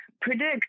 predict